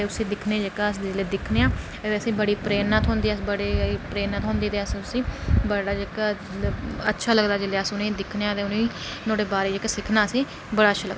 ते उसी जेह्का अस दिक्खने आं ते असें ई बड़ी प्रेरणा थ्होंदी अस उसी बड़ा जेह्का बड़ा अच्छा लगदा जेल्लै अस उनेंगी दिक्खने आं ते नुहाड़े बारै च असेंगी सिक्खना अच्छा लगदा